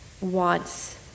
wants